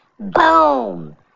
Boom